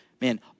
Man